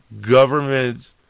government